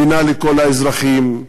מדינה לכל האזרחים,